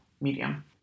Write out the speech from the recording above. medium